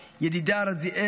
ידידיה רזיאל,